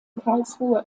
karlsruhe